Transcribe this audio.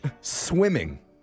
swimming